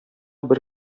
бер